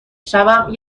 شبم